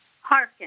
hearken